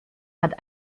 hat